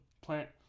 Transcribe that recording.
plant